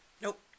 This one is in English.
nope